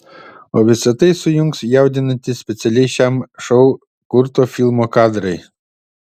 o visa tai sujungs jaudinantys specialiai šiam šou kurto filmo kadrai